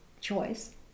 choice